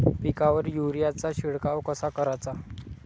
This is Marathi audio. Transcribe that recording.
पिकावर युरीया चा शिडकाव कसा कराचा?